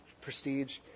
prestige